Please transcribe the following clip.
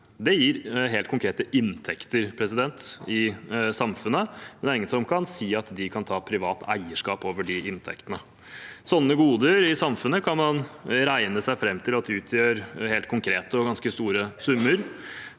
Det gir helt konkrete inntekter i samfunnet. Men det er ingen som kan si at de kan ta privat eierskap over de inntektene. Sånne goder i samfunnet kan man regne seg fram til at utgjør helt konkrete og ganske store summer,